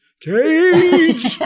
Cage